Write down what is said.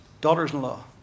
daughters-in-law